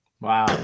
Wow